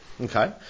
Okay